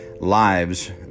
lives